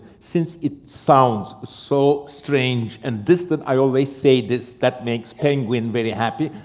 since it sounds so strange and distant, i always say this, that makes penguin very happy.